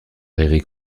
eric